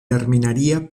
terminaría